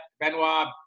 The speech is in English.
Benoit